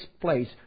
place